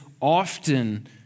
often